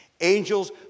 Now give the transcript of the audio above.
Angels